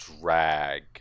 drag